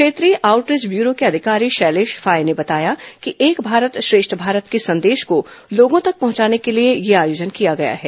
क्षेत्रीय outreach bureau के अधिकारी शैलेश फाये ने बताया कि एक भारत श्रेष्ठ भारत के संदेश को लोगों तक पहुंचाने के लिए यह आयोजन किया गया है